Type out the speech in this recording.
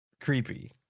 creepy